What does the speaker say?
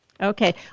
Okay